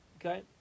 Okay